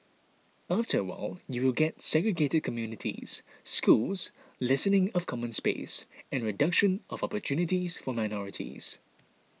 after a while you will get segregated communities schools lessening of common space and reduction of opportunities for minorities